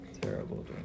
Terrible